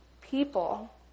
people